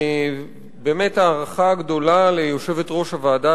באמת הערכה גדולה ליושבת-ראש הוועדה